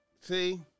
See